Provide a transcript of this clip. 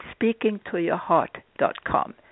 speakingtoyourheart.com